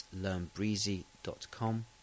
learnbreezy.com